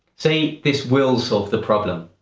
say, this will solve the problem.